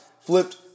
flipped